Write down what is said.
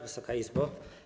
Wysoka Izbo!